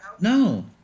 No